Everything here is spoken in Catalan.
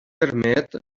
permet